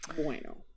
Bueno